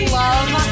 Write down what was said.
love